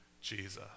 Jesus